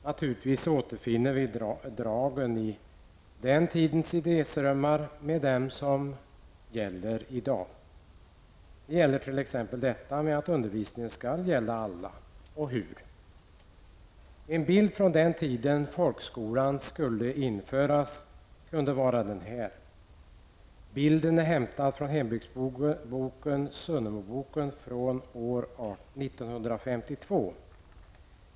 Naturligtvis återfinner vi dragen i den tidens idéströmmar med dem som gäller i dag. Det gäller t.ex. detta med att undervisningen skall omfatta alla och hur. En bild från den tid då folkskolan skulle införas kunde vara den här: Bilden är hämtad från hembygdsboken ''Sunnemoboken'' från år 1952.